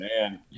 Man